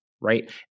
Right